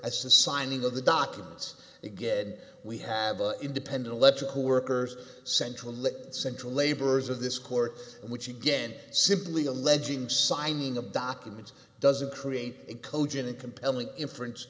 assigning of the documents again we have an independent electrical workers central central laborers of this court which again simply alleging signing of documents doesn't create a cogent and compelling inference